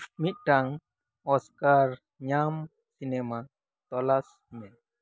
ᱢᱤᱫᱴᱟᱝ ᱚᱥᱠᱟᱨ ᱧᱟᱢ ᱥᱤᱱᱮᱢᱟ ᱛᱚᱞᱟᱥ ᱢᱮ